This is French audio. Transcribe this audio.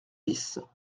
bis